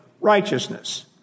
righteousness